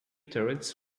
turrets